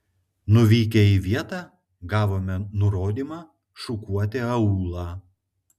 nuvykę į vietą gavome nurodymą šukuoti aūlą